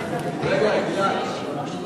רגע, גלעד, יש עוד הצעה.